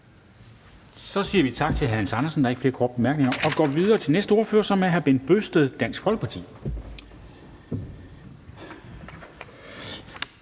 Så siger vi tak til hr. Hans Andersen – der er ikke flere korte bemærkninger – og går videre til næste ordfører, som er hr. Bent Bøgsted, Dansk Folkeparti.